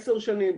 עשר שנים?